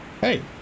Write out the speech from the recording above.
Hey